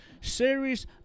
Series